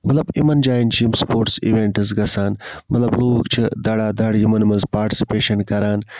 مَطلَب یِمَن جایَن چھِ یِم سپوٹس اِویٚنٹس گَژھان مَطلَب لوٗکھ چھِ دَڑا دَڑ یِمَن مَنٛز پاٹسِپیشَن کَران